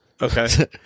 Okay